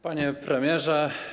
Panie Premierze!